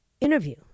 interview